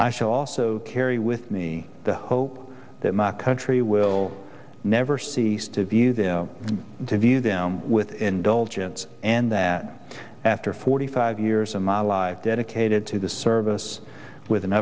shall also carry with me the hope that my country will never cease to view them to view them with indulgence and that after forty five years of my live dedicate to the service with an